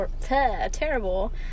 terrible